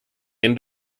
end